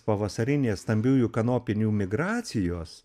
pavasarinės stambiųjų kanopinių migracijos